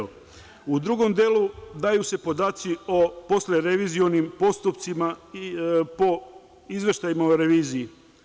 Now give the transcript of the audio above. U drugom delu daju se podaci o poslerevizionim postupcima i po izveštajima o reviziji.